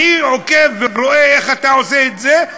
אני עוקב ורואה איך אתה עושה את זה,